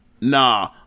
Nah